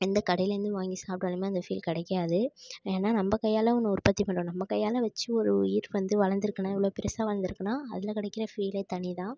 எந்த கடைலேருந்து வாங்கி சாப்பிட்டாலுமே அந்த ஃபீல் கிடைக்காது ஏன்னா நம்ப கையால் ஒன்று உற்பத்தி பண்றோம் நம்ப கையால் வச்சு ஒரு உயிர் வந்து வளர்ந்துருக்குன்னா எவ்வளோ பெருசாக வளர்ந்துருக்குன்னா அதில் கிடைக்கிற ஃபீலே தனி தான்